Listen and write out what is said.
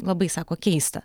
labai sako keista